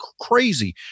crazy